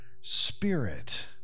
spirit